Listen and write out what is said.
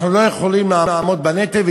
ואנחנו לא יכולים לעמוד בנטל.